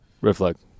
Reflect